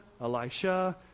Elisha